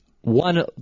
one